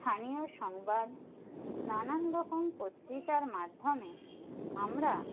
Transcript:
স্থানীয় সংবাদ নানানরকম পত্রিকার মাধ্যমে আমরা